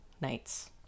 nights